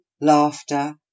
laughter